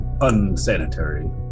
unsanitary